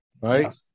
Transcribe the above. right